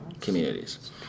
communities